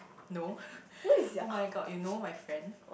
no [oh]-my-god you know my friend